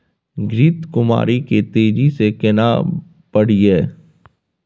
घृत कुमारी के तेजी से केना बढईये?